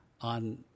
on